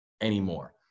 anymore